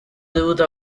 dovuto